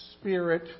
Spirit